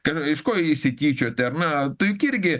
k r iš ko išsityčioti ar na tu juk irgi